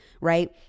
right